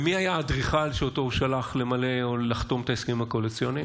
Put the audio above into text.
מי היה האדריכל שהוא שלח למלא או לחתום על ההסכמים הקואליציוניים?